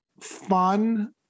fun